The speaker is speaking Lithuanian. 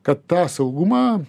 kad tą saugumą